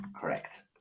Correct